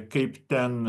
kaip ten